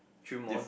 dream on